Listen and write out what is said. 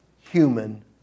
human